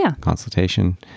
consultation